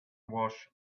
wash